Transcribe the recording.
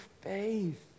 faith